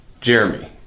Jeremy